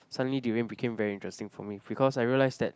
suddenly durian became very interesting for me because I realise that